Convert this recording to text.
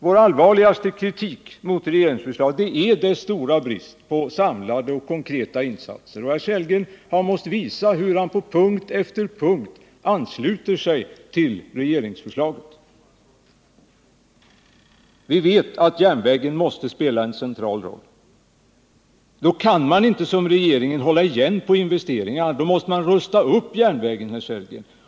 Vår allvarligaste kritik mot regeringsförslaget gäller dess stora brist på samlade och konkreta insatser. Herr Sellgren har måst visa hur han på punkt efter punkt ansluter sig till regeringsförslaget. Vi vet att järnvägen måste spela en central roll. Då kan man inte som regeringen hålla igen på investeringarna, utan då måste man rusta upp järnvägen, herr Sellgren.